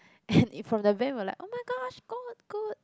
and in from the van we were like oh-my-gosh god good